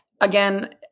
Again